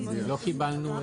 לא קיבלנו,